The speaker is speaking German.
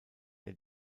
der